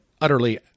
utterly